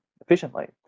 efficiently